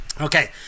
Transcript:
Okay